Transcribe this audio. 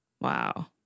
Wow